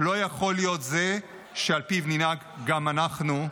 לא יכול להיות זה שעל פיו ננהג גם אנחנו.